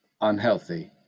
unhealthy